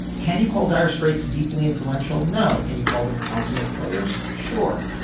can you call dire straits deeply influential? no. can you call them consummate players? sure.